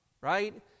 right